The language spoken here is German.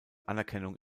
anerkennung